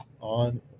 on